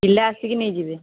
ପିଲା ଆସିକି ନେଇ ଯିବେ